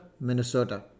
Minnesota